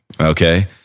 okay